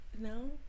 No